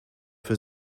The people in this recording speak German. für